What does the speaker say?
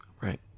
Right